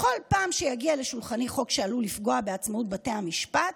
בכל פעם שיגיע לשולחני חוק שעלול לפגוע בעצמאות בתי המשפט,